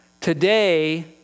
Today